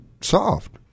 soft